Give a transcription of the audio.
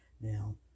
Now